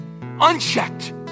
Unchecked